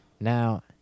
now